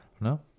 No